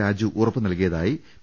രാജു ഉറപ്പുനൽകിയതായി പി